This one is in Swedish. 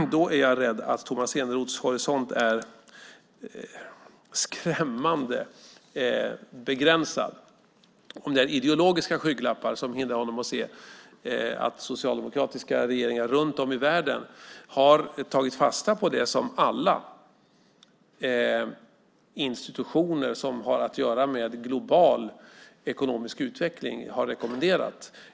Jag är rädd för att Tomas Eneroths horisont är skrämmande begränsad om det är ideologiska skygglappar som hindrar honom att se att socialdemokratiska regeringar runt om i världen har tagit fasta på det som alla institutioner som har att göra med global ekonomisk utveckling har rekommenderat.